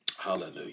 Hallelujah